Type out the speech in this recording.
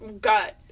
gut